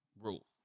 Rule